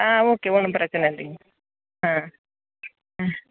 ஆ okay ஒன்றும் பிரச்சின இல்லைங்க ஆ ம்